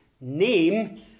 name